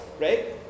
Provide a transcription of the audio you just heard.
right